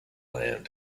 land